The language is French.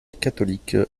catholique